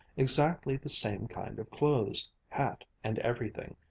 exactly the same kind of clothes, hat and everything,